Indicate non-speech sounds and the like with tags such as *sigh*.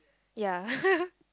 ya *laughs*